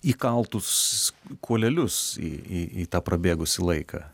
įkaltus kuolelius į į į tą prabėgusį laiką